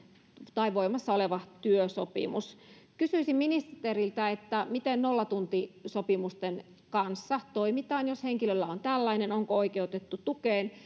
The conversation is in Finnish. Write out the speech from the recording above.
tai voimassa oleva työsopimus kysyisin ministeriltä miten nollatuntisopimusten kanssa toimitaan jos henkilöllä on tällainen onko oikeutettu tukeen